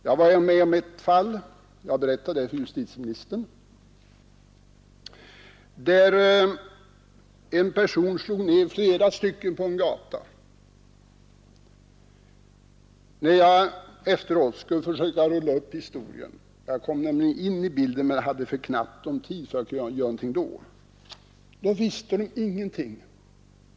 Jag har varit med om ett fall — jag har berättat om det för justitieministern — där en person slog ned flera människor på en gata. När jag efteråt skulle försöka rulla upp historien — då jag kom in i bilden, hade jag för knappt om tid för att göra något — visste man ingenting.